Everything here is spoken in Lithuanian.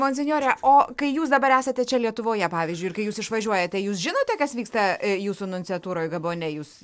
monsinjore o kai jūs dabar esate čia lietuvoje pavyzdžiui ir kai jūs išvažiuojate jūs žinote kas vyksta jūsų nunciatūroj gabone jūs